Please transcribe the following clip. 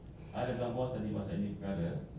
no no ah yesterday you told me